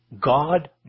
God